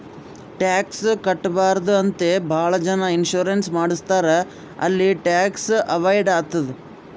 tax ಕಟ್ಬಾರ್ದು ಅಂತೆ ಭಾಳ ಜನ ಇನ್ಸೂರೆನ್ಸ್ ಮಾಡುಸ್ತಾರ್ ಅಲ್ಲಿ ಟ್ಯಾಕ್ಸ್ ಅವೈಡ್ ಆತ್ತುದ್